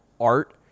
art